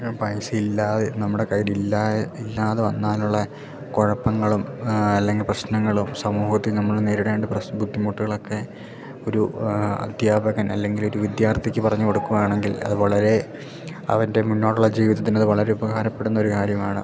പൈസ ഇല്ലാതെ നമ്മുടെ കയ്യിലില്ലാ ഇല്ലാതെ വന്നാലുള്ള കുഴപ്പങ്ങളും അല്ലെങ്കിൽ പ്രശ്നങ്ങളും സമൂഹത്തില് നമ്മൾ നേരിടേണ്ട പ്രശ ബുദ്ധിമുട്ടുകളൊക്കെ ഒരു അദ്ധ്യാപകൻ അല്ലെങ്കിൽ ഒരു വിദ്യാർത്ഥിക്ക് പറഞ്ഞു കൊടുക്കുകയാണെങ്കിൽ അത് വളരെ അവൻ്റെ മുന്നോട്ടുള്ള ജീവിതത്തിനത് വളരെ ഉപകാരപ്പെടുന്ന ഒരു കാര്യമാണ്